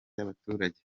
y’abaturage